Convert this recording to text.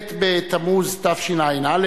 ט' בתמוז תשע"א,